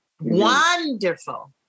wonderful